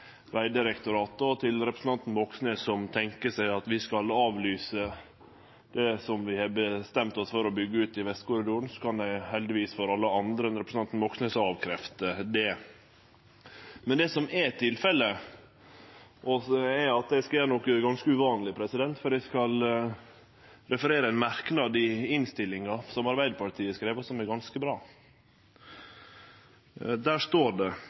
Vegdirektoratet. Og til representanten Moxnes, som tenkjer seg at vi skal avlyse det som vi har bestemt oss for å byggje ut i Vestkorridoren: Eg kan – heldigvis for alle andre enn representanten Moxnes – avkrefte det. Men det som er tilfellet, er at eg skal gjere noko ganske uvanleg, for eg skal referere ein merknad i innstillinga som Arbeidarpartiet har skrive, og som er ganske bra. Der står det: